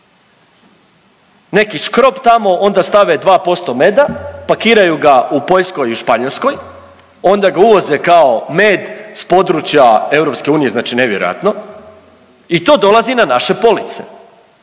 neki škrob tamo onda stave 2% meda, pakiraju ga u Poljskoj i u Španjolskoj, onda ga uvoze kao med s područja EU, znači nevjerojatno i to dolazi na naše police.